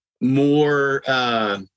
more